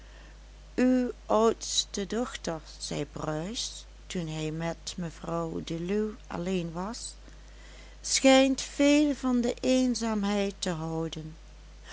uw oudste dochter zei bruis toen hij met mevrouw deluw alleen was schijnt veel van de eenzaamheid te houden